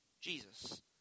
Jesus